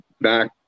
back